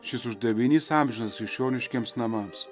šis uždavinys amžinas krikščioniškiems namams